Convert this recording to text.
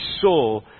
saw